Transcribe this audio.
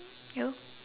you